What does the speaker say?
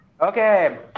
Okay